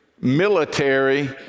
military